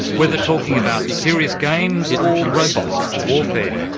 whether talking about serious games or robotics for warfare.